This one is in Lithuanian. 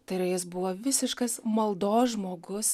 tai yra jis buvo visiškas maldos žmogus